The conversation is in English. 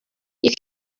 you